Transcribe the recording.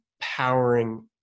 powering